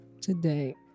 Today